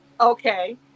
Okay